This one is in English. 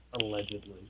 Allegedly